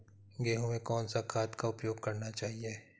गेहूँ में कौन सा खाद का उपयोग करना चाहिए?